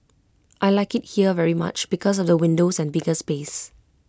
I Like IT here very much because of the windows and bigger space